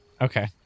Okay